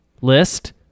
list